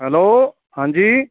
hello ਹਾਂਜੀ